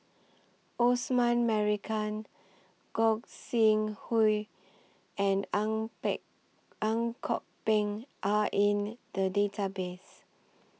Osman Merican Gog Sing Hooi and Ang Peng Ang Kok Peng Are in The Database